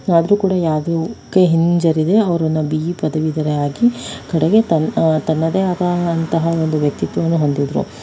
ಆದರೂ ಕೂಡ ಯಾವುದಕ್ಕೂ ಹಿಂಜರಿಯದೆ ಅವರನ್ನು ಬಿ ಇ ಪದವೀಧರೆಯಾಗಿ ಕಡೆಗೆ ತ್ ತನ್ನದೇ ಆದಂತಹ ಒಂದು ವ್ಯಕ್ತಿತ್ವವನ್ನು ಹೊಂದಿದ್ರು